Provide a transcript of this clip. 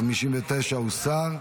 59 הוסרה.